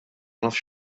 nafx